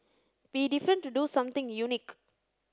be different to do something unique